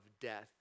death